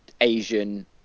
Asian